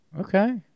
okay